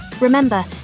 Remember